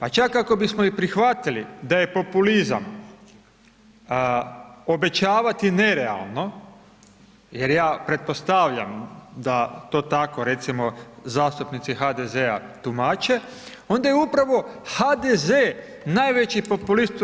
A čak ako bismo i prihvatili da je populizam obećavati nerealno, jer ja pretpostavljam da to tako recimo zastupnici HDZ-a tumače onda je upravo HDZ najveći populist u RH.